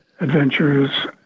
adventures